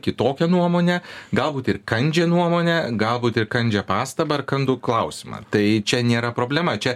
kitokią nuomonę galbūt ir kandžią nuomonę galbūt ir kandžią pastabą ar kandų klausimą tai čia nėra problema čia